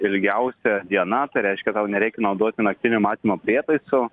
ilgiausia diena reiškia tau nereikia naudoti naktinio matymo prietaisų